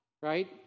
right